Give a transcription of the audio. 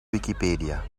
wikipedia